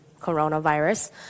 coronavirus